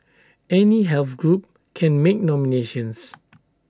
any health group can make nominations